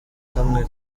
kamwe